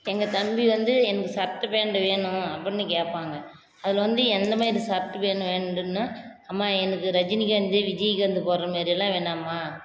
எங்கள் தம்பி வந்து எனக்கு சட்டை பேண்ட் வேணும் அப்புடின்னு கேட்பாங்க அதில் வந்து எந்த மாரி சட்டை பேண்ட் வேண்டும்ன்னா அம்மா எனக்கு ரஜினிகாந்த் விஜயகாந்த் போடுற மாரி எல்லாம் வேணாம்மா